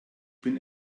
bin